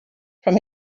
from